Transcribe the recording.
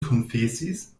konfesis